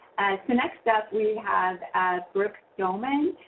so next up, we have brooke doman.